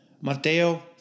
Mateo